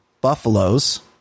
Buffaloes